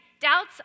doubts